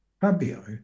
Fabio